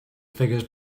figures